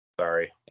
Sorry